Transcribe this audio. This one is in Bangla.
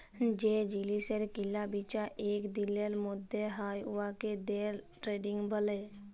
যে জিলিসের কিলা বিচা ইক দিলের ম্যধে হ্যয় উয়াকে দে টেরেডিং ব্যলে